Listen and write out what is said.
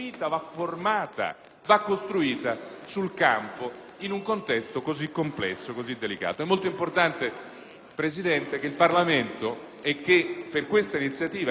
costruita sul campo, in un contesto così complesso e delicato. È molto importante, signor Presidente, che il Parlamento, in particolare, e per questa iniziativa, il Senato della Repubblica